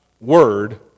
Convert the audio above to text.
Word